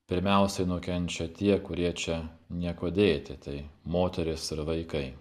pirmiausiai nukenčia tie kurie čia niekuo dėti tai moterys ir vaikai